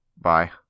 Bye